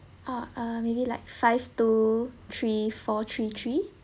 ah uh maybe like five two three four three three